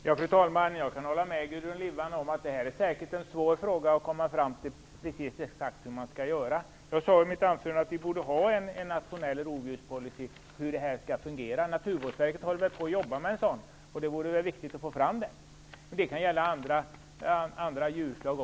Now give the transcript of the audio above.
Fru talman! Jag kan hålla med Gudrun Lindvall om att det är svårt att komma fram till hur man exakt skall göra. Jag sade i mitt anförande att vi borde ha en nationell rovdjurspolicy för hur detta skall fungera. Naturvårdsverket håller väl på att arbeta med en sådan. Det är viktigt att få fram den. Det kan naturligtvis också gälla andra djurarter.